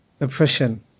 oppression